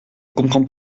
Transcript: comprends